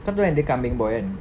kau tahu yang dia kambing boy kan